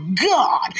God